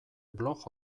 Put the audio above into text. blog